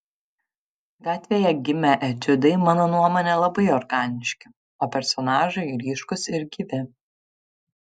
gatvėje gimę etiudai mano nuomone labai organiški o personažai ryškūs ir gyvi